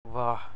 واہ